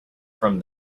from